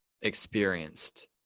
experienced